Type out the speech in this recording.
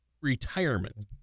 retirement